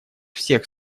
всех